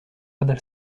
other